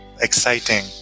exciting